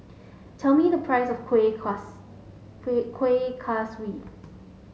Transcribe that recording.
tell me the price of Kueh Kueh Kaswi